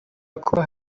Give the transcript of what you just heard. kuba